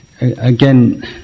Again